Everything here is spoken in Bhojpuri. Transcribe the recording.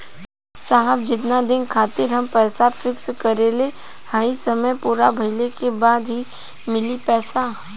साहब जेतना दिन खातिर हम पैसा फिक्स करले हई समय पूरा भइले के बाद ही मिली पैसा?